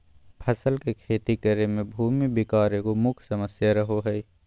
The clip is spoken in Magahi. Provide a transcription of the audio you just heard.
फसल के खेती करे में भूमि विकार एगो मुख्य समस्या रहो हइ